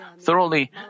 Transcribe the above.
thoroughly